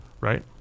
Right